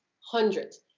hundreds